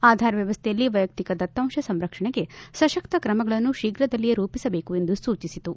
ಆಧಾರ್ ವ್ಯವಸ್ಥೆಯಲ್ಲಿ ವೈಯಕ್ತಿಕ ದತ್ತಾಂತ ಸಂರಕ್ಷಣೆಗೆ ಸಶಕ್ತ ಕ್ರಮಗಳನ್ನು ಶೀಘ್ರದಲ್ಲೇ ರೂಪಿಸಬೇಕು ಎಂದು ಸೂಚಿಸಿತು